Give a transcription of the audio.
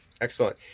Excellent